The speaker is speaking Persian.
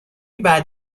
بعد